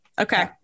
Okay